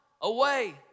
away